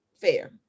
fair